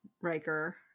Riker